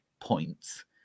points